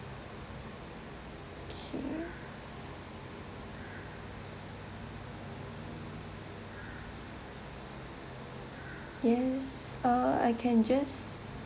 okay yes uh I can just